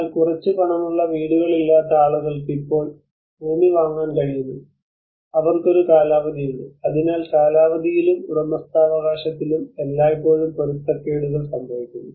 എന്നാൽ കുറച്ച് പണമുള്ള വീടുകളില്ലാത്ത ആളുകൾക്ക് ഇപ്പോൾ ഭൂമി വാങ്ങാൻ കഴിയുന്നു അവർക്ക് ഒരു കാലാവധിയുണ്ട് അതിനാൽ കാലാവധിയിലും ഉടമസ്ഥാവകാശത്തിലും എല്ലായ്പ്പോഴും പൊരുത്തക്കേടുകൾ സംഭവിക്കുന്നു